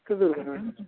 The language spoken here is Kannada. ಚಿತ್ರದುರ್ಗನ